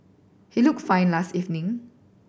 he looked fine last evening